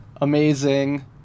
amazing